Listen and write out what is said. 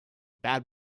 bad